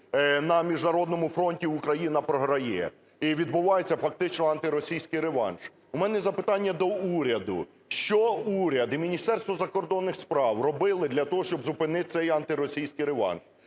на міжнародному фронті Україна програє, і відбувається фактично антиросійський реванш. У мене запитання до уряду: що уряд і Міністерство закордонних справ робили для того, щоб зупинити цей антиросійський реванш?